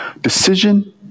decision